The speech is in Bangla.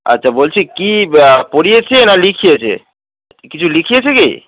আচ্ছা বলছি কি পড়িয়েছে না লিখিয়েছে কিছু লিখিয়েছে কি